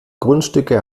grundstücke